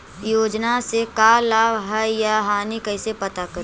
योजना से का लाभ है या हानि कैसे पता करी?